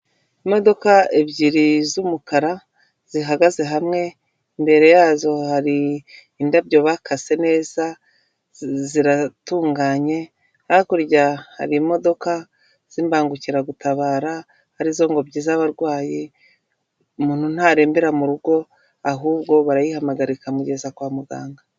Imodoka ebyiri z'umukara zihagaze hamwe, imbere yazo hari indabyo bakase neza, ziratunganye, hakurya hari imodoka z'imbangukiragutabara ari zo ngobyi z'abarwayi, umuntu ntarembera mu rugo ahubwo barayihamahaga ikamugeza kwa muganga.